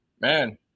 man